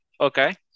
Okay